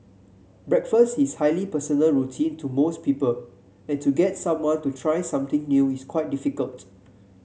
breakfast is highly personal routine to most people and to get someone to try something new is quite difficult